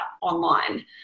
online